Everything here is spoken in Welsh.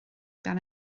ben